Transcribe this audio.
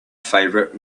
favorite